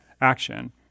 action